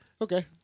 Okay